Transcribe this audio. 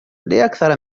لأكثر